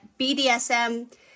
BDSM